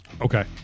Okay